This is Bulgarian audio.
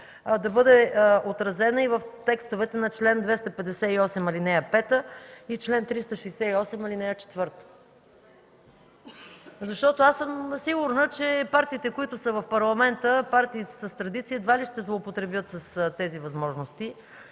да бъде отразена и в текстовете на чл. 258, ал. 5 и чл. 368, ал. 4, защото съм сигурна, че партиите, които са в парламента – партиите с традиция, едва ли ще злоупотребят с тези възможности,